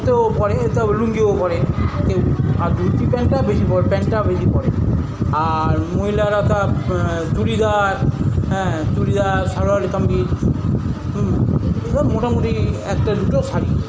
তো পরে তবে লুঙ্গিও পরে কেউ আর ধুতি প্যান্টটা বেশি পরে প্যান্টটা বেশি পরে আর মহিলারা তা চুড়িদার হ্যাঁ চুড়িদার সালোয়ার কামিজ এসব মোটামুটি একটা দুটো শাড়ি